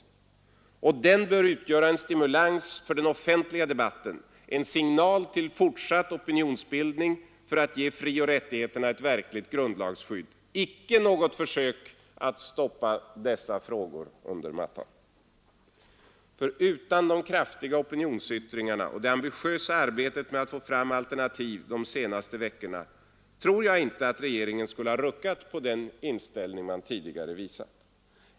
Och den överenskommelsen bör utgöra en stimulans för den offentliga debatten, en signal till fortsatt opinionsbildning för att ge frioch rättigheterna ett verkligt grundlagsskydd, icke något försök att stoppa dessa frågor under mattan. För utan de kraftiga opinionsyttringarna och det ambitiösa arbetet med att få fram alternativ de senaste veckorna tror jag inte att regeringen skulle ha ruckat på den inställning den tidigare visat.